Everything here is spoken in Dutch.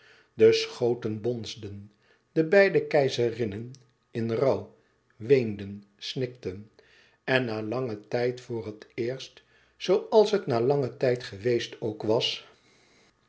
de schoten bonsden de beide keizerinnen in rouw weenden snikten en na langen tijd voor het eerst zooals het na langen tijd geweest ook was